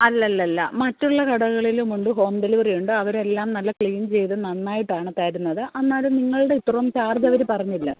അല്ലല്ലല്ല മറ്റുള്ള കടകളിലുമുണ്ട് ഹോം ഡെലിവറി ഉണ്ട് അവരെല്ലാം നല്ല ക്ലീൻ ചെയ്ത് നന്നായിട്ടാണ് തരുന്നത് അന്നാലും നിങ്ങളുടെ ഇത്രയും ചാർജ് അവര് പറഞ്ഞില്ല